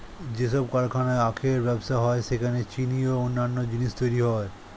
যেসব কারখানায় আখের ব্যবসা হয় সেখানে চিনি ও অন্যান্য জিনিস তৈরি হয়